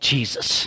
Jesus